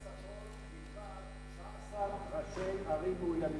רק בצפון הארץ יש 19 ראשי ערים מאוימים.